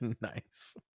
Nice